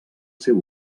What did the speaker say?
seu